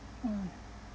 uh